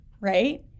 right